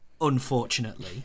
unfortunately